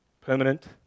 permanent